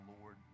Lord